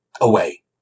away